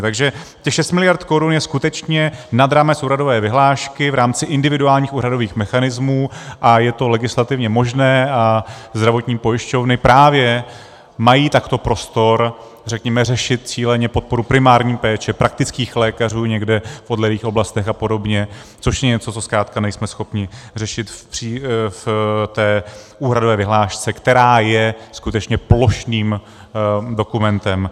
Takže těch šest miliard korun je skutečně nad rámec úhradové vyhlášky v rámci individuálních úhradových mechanismů a je to legislativně možné a zdravotní pojišťovny právě mají takto prostor, řekněme, řešit cíleně podporu primární péče, praktických lékařů někde v odlehlých oblastech a podobně, což je něco, co zkrátka nejsme schopni řešit v té úhradové vyhlášce, která je skutečně plošným dokumentem.